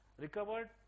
recovered